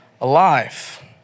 alive